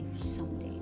someday